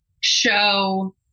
show